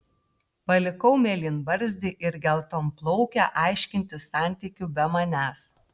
palikau mėlynbarzdį ir geltonplaukę aiškintis santykių be manęs